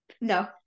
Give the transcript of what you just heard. no